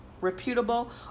reputable